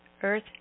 Earth